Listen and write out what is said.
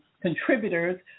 contributors